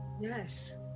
Yes